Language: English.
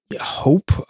hope